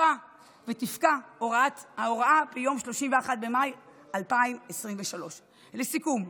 תפקע ההוראה ביום 31 במאי 2023. לסיכום,